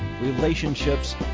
relationships